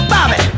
Bobby